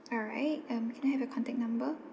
alright um can I have your contact number